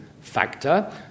factor